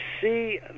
see